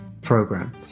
program